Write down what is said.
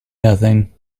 nothing